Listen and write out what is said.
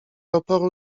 oporu